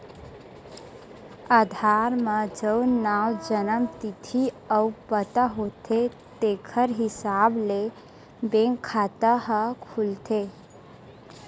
आधार म जउन नांव, जनम तिथि अउ पता होथे तेखर हिसाब ले बेंक खाता ह खुलथे